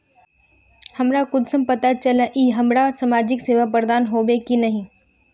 हमरा कुंसम पता चला इ की हमरा समाजिक सेवा प्रदान होबे की नहीं?